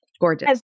Gorgeous